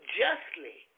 justly